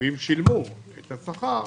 ואם שילמו את השכר